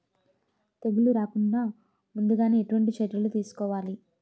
తెగుళ్ల రాకుండ ముందుగానే ఎటువంటి చర్యలు తీసుకోవాలి?